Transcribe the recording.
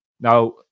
now